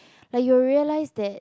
like you realise that